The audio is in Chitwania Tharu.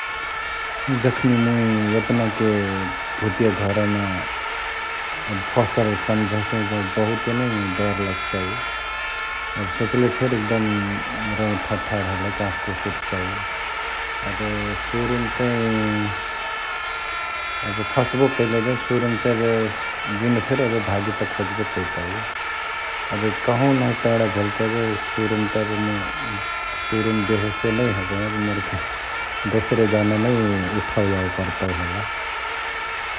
जखनी मुइ एपनाके भुतिया घरमा एबे फसल सम्झसही जौं बहुते नै डर लगसौ । एबे सोचले फेरी एकदम रौंवा ठड्ठाड हलहि, कांसकुस उठ्सउ एबे सुरु म चैं एबे फस्बो कैले जौं सुरु मा चैं एबे जुन फेरी एबे भागे त खोजबे कैतई । एबे कहहु नही पैंणा भेले त एबे सुरुमा त एबे मुइ सुरुमा बेहोसे नै हबहि, एबे मोरके दोसरे जाना नै उठावे यावे परतौ होला ।